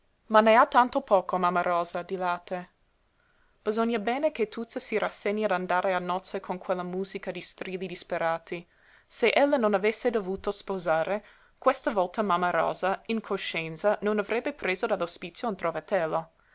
ma ne ha tanto poco mamma rosa di latte bisogna bene che tuzza si rassegni ad andare a nozze con quella musica di strilli disperati se ella non avesse dovuto sposare questa volta mamma rosa in coscienza non avrebbe preso dall'ospizio un trovatello